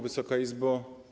Wysoka Izbo!